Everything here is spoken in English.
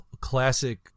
classic